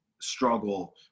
struggle